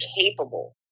capable